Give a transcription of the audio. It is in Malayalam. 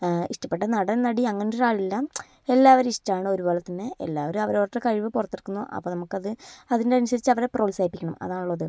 ഇഷ്ട്ടപ്പെട്ട നടൻ നടി അങ്ങനെ ഒരാളില്ല എല്ലാവരേയും ഇഷ്ട്ടമാണ് ഒരുപോലെ തന്നെ എല്ലാവരും അവരവരുടെ കഴിവ് പുറത്തെടുക്കുന്നു അപ്പം നമുക്കത് അതിനനുസരിച്ച് അവരെ പ്രോത്സാഹിപ്പിക്കണം അതാണല്ലോ അത്